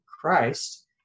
Christ